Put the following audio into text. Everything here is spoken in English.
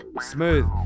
Smooth